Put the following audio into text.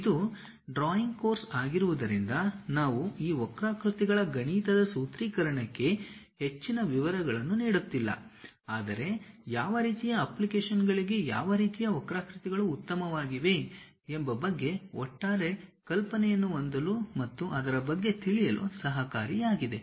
ಇದು drawing course ಆಗಿರುವುದರಿಂದ ನಾವು ಈ ವಕ್ರಾಕೃತಿಗಳ ಗಣಿತದ ಸೂತ್ರೀಕರಣಕ್ಕೆ ಹೆಚ್ಚಿನ ವಿವರಗಳನ್ನು ನೀಡುತ್ತಿಲ್ಲ ಆದರೆ ಯಾವ ರೀತಿಯ ಅಪ್ಲಿಕೇಶನ್ಗಳಿಗೆ ಯಾವ ರೀತಿಯ ವಕ್ರಾಕೃತಿಗಳು ಉತ್ತಮವಾಗಿವೆ ಎಂಬ ಬಗ್ಗೆ ಒಟ್ಟಾರೆ ಕಲ್ಪನೆಯನ್ನು ಹೊಂದಲು ಮತ್ತು ಅದರ ಬಗ್ಗೆ ತಿಳಿಯಲು ಸಹಕಾರಿಯಾಗಿದೆ